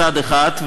מצד אחד,